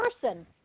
person